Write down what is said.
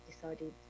decided